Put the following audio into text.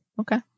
okay